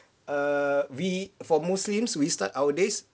err we for muslims we start our days